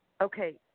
Okay